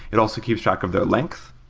it also keeps track of their length.